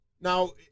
Now